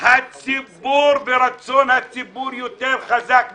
הציבור ורצון הציבור יותר חזק מכם.